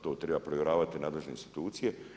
To trebaju provjeravati nadležne institucije.